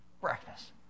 Breakfast